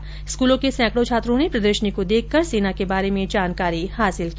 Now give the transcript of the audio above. कल स्कूलों के सैंकड़ों छात्रों ने प्रदर्शनी को देखकर सेना के बारे में जानकारी हासिल की